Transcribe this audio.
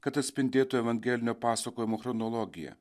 kad atspindėtų evangelinio pasakojimo chronologiją